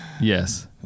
yes